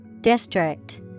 District